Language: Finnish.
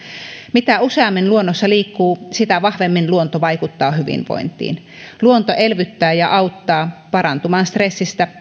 mitä useammin luonnossa liikkuu sitä vahvemmin luonto vaikuttaa hyvinvointiin luonto elvyttää ja auttaa parantumaan stressistä